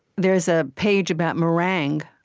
there's a page about meringue.